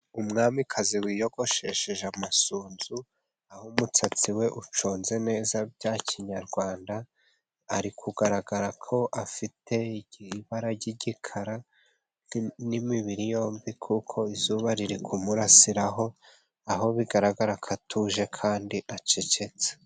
Umwamikazi wiyogoshesheje amasunzu, aho umusatsi we uconze neza bya kinyarwanda. Ari kugaragara ko afite ibara ry'igikara n'imibiri yombi, kuko izuba riri kumurasiraraho ,aho bigaragara ko atuje kandi acecetse.